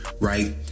right